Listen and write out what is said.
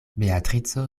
beatrico